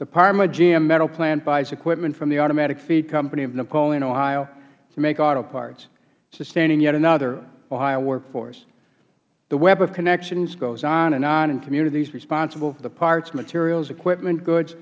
the parma gm metal plant buys equipment from the automatic feed company of napoleon ohio to make auto parts sustaining yet another ohio workforce the web of connections goes on and on in communities responsible for the parts materials equipment goods